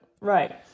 right